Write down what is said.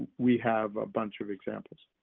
we have a bunch of examples.